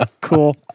Cool